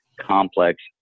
complex